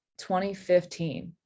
2015